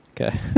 Okay